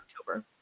october